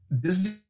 Disney